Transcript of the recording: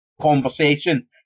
conversation